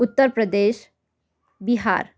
Uttar Pradesh Bihar